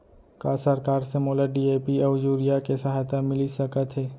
का सरकार से मोला डी.ए.पी अऊ यूरिया के सहायता मिलिस सकत हे?